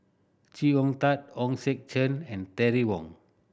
Chee Hong Tat Hong Sek Chern and Terry Wong